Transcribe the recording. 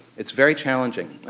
it's very challenging.